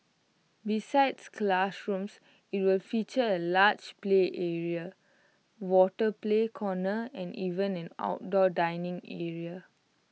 besides classrooms IT will feature A large play area water play corner and even an outdoor dining area